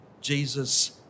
Jesus